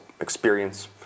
experience